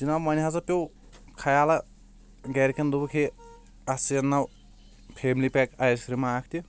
جناب وۄنۍ ہسا پیو خیالا گرکٮ۪ن دوٚپُکھ ہے اتھ سۭتۍ انناو فیملی پیک آیس کریم اکھ تہِ